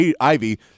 Ivy